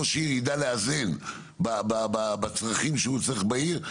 ראש עיר ידע לאזן בצרכים שהוא צריך בעיר,